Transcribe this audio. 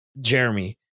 Jeremy